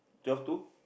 twelve two